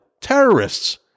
terrorists